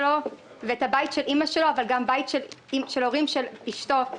תוצאה, אפיל סופית.